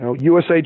USA